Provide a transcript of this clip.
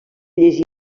llegir